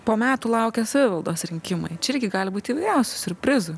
po metų laukia savivaldos rinkimai čia irgi gali būt įvairiausių siurprizų